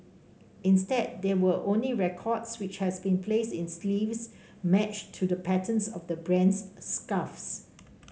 instead there were only records which has been placed in sleeves matched to the patterns of the brand's scarves